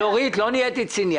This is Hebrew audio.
אורית, לא נהייתי ציני.